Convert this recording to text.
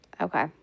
Okay